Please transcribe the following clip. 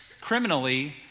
criminally